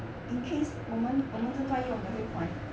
in case 我们我们正在用的会坏